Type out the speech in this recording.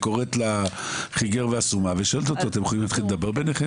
והיא קוראת לחיגר והסומא ושואלת אותו אתם יכולים להתחיל לדבר ביניכם?